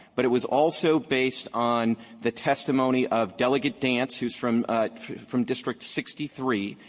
but it was also based on the testimony of delegate dance, who's from from district sixty three.